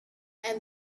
and